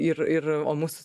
ir ir o mus